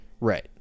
Right